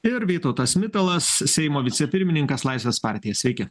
ir vytautas mitalas seimo vicepirmininkas laisvės partija sveiki